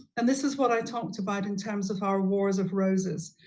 and this is what i talked about in terms of our wars of roses.